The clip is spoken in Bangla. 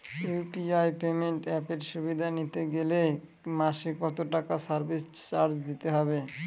ইউ.পি.আই পেমেন্ট অ্যাপের সুবিধা নিতে গেলে মাসে কত টাকা সার্ভিস চার্জ দিতে হবে?